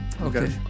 Okay